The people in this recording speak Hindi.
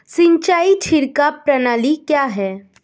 सिंचाई छिड़काव प्रणाली क्या है?